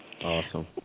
Awesome